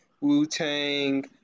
Wu-Tang